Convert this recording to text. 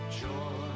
joy